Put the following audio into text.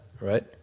right